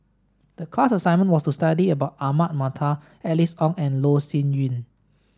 the class assignment was to study about Ahmad Mattar Alice Ong and Loh Sin Yun